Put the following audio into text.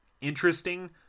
interesting